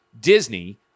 Disney